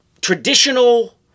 traditional